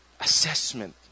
assessment